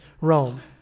Rome